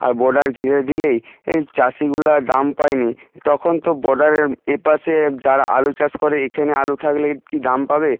আর border ঘিরে দিলে এই চাষিগুলা দাম পায় নি তখন তো বর্ডারের এপাশে যারা আলু চাষ করে এখেনে আলু থাকলে কি দাম পাবে